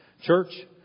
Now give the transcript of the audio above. Church